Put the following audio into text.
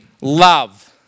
love